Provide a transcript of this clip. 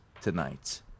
tonight